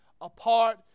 apart